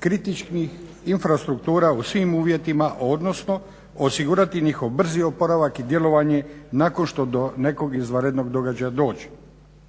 kritičnih infrastruktura u svim uvjetima, odnosno osigurati njihov brzi oporavak i djelovanje nakon što do nekog izvanrednog događaja dođe.